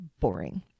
boring